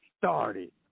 started